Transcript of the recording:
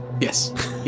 Yes